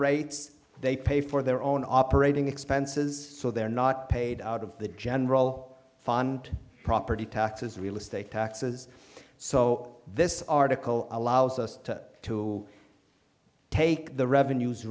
rates they pay for their own operating expenses so they're not paid out of the general fund property taxes real estate taxes so this article allows us to take the revenues